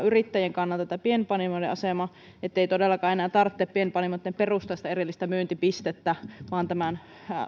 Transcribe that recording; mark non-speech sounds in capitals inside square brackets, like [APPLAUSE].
[UNINTELLIGIBLE] yrittäjien kannalta tämä pienpanimoiden asema ettei todellakaan enää tarvitse pienpanimoiden perustaa sitä erillistä myyntipistettä vain tämän